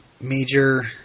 Major